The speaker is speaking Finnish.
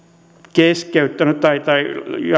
keskeyttänyt ja